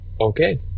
okay